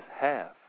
half